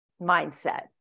mindset